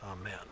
Amen